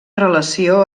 relació